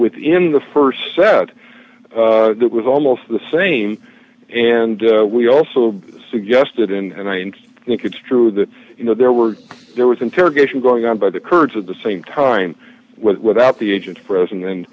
within the st set that was almost the same and we also suggested and i think it's true that you know there were there was interrogation going on by the kurds at the same time without the agents present